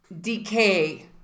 decay